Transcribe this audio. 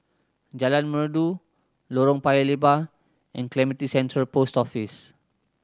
Jalan Merdu Lorong Paya Lebar and Clementi Central Post Office